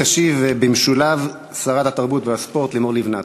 תשיב במשולב שרת התרבות והספורט לימור לבנת,